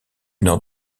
nord